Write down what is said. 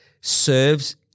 serves